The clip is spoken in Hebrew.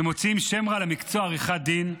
שמוציאים שם רע למקצוע עריכת הדין,